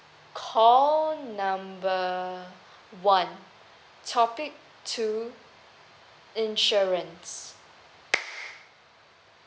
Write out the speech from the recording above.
call number one topic two insurance